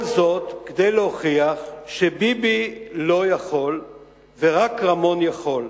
כל זאת כדי להוכיח שביבי לא יכול ורק רמון יכול.